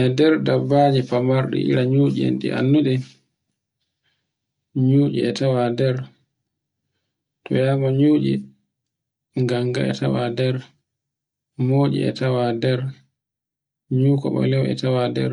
E nder dabbaji famarɗi ira nucci ɗi annduɗen. Nyucci e tawa nder, to yma nyucci, ganga e tawa nder, moutci e tawa nder, nyuko ɓaleho e tawa nder,